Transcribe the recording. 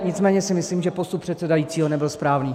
Nicméně si myslím, že postup předsedajícího nebyl správný.